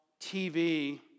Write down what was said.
TV